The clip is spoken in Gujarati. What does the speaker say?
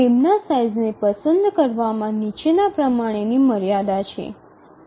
ફ્રેમના સાઇઝને પસંદ કરવામાં નીચેના પ્રમાણેની મર્યાદા છે